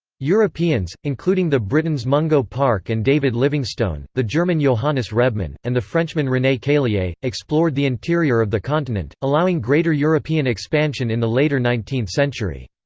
europeans, including the britons mungo park and david livingstone, the german johannes rebmann, and the frenchman rene caillie, explored the interior of the continent, allowing greater european expansion in the later nineteenth century.